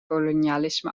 kolonialisme